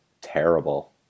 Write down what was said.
terrible